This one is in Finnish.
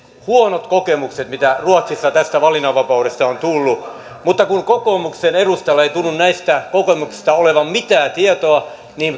huonot kokemukset mitä ruotsissa tästä valinnanvapaudesta on tullut mutta kun kokoomuksen edustajilla ei tunnu näistä kokemuksista olevan mitään tietoa